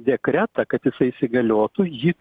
dekretą kad jisai įsigaliotų jį